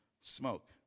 smoke